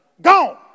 Gone